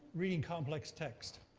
reading complex texts.